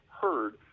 heard